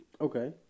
Okay